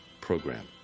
program